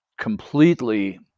completely